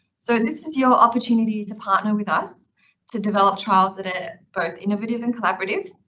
so this is your opportunity to partner with us to develop trials and ah both innovative and collaborative.